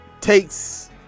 takes